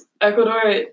Ecuador